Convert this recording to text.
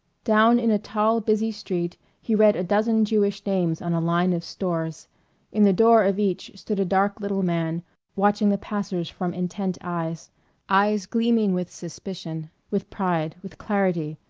down in a tall busy street he read a dozen jewish names on a line of stores in the door of each stood a dark little man watching the passers from intent eyes eyes gleaming with suspicion, with pride, with clarity,